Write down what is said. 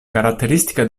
caratteristica